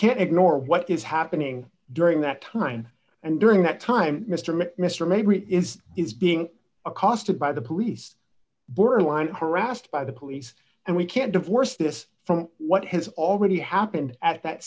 can't ignore what is happening during that time and during that time mister macmaster maybe is is being accosted by the police borderline harassed by the police and we can't divorce this from what has already happened at that